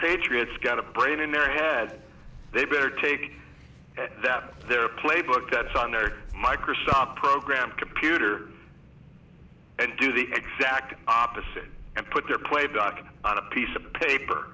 patriots get a brain in their head they better take that their playbook that's on their microsoft program computer and do the exact opposite and put their play back on a piece of paper